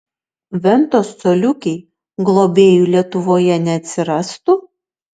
ventos coliukei globėjų lietuvoje neatsirastų